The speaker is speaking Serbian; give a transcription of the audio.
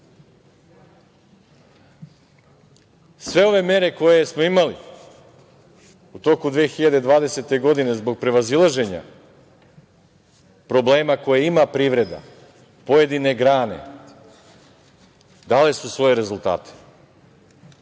ove mere koje smo imali u toku 2020. godine, zbog prevazilaženja problema koje ima privreda, pojedine grane, dali su svoje rezultate.